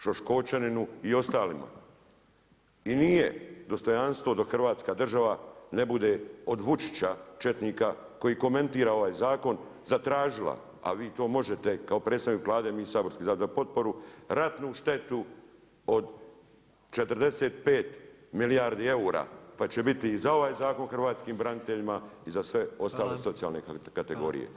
Šoškočaninu i ostalima, i nije dostojanstvo da hrvatska država ne bude od Vučića četnika, koji komentira ovaj zakon, zatražila, a vi to možete kao predstavnik Vlade, a mi Sabor dat potporu, ratnu štetu od 45 milijardi eura pa će biti i za ovaj Zakon o hrvatskim braniteljima i za sve ostale socijalne kategorije.